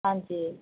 ਹਾਂਜੀ